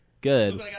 Good